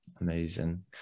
Amazing